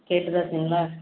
கேட்டுத்தான் இருக்கீங்களா